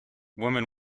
women